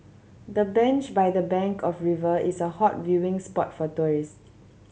the bench by the bank of the river is a hot viewing spot for tourist